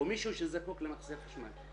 או מישהו שזקוק למוצרי חשמל.